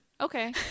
okay